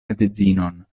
edzinon